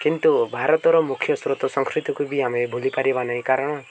କିନ୍ତୁ ଭାରତର ମୁଖ୍ୟ ସ୍ରୋତ ସଂସ୍କୃତିକୁ ବି ଆମେ ଭୁଲିପାରିବା ନାହିଁ କାରଣ